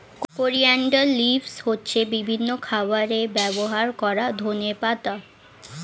coriander leaves হচ্ছে বিভিন্ন খাবারে ব্যবহার করা ধনেপাতা